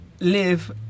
live